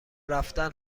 رفتن